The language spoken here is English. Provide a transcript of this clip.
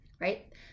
right